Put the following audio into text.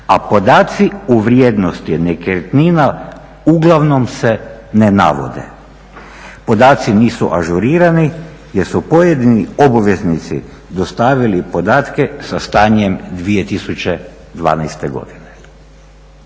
a podaci u vrijednosti nekretnina uglavnom se ne navode. Podaci nisu ažurirani jer su pojedini obveznici dostavili podatke sa stanjem 2012. godine.